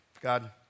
God